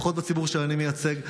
לפחות בציבור שאני מייצג,